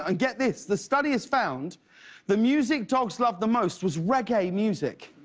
and get this, the study has found the music dogs love the most was reggae music.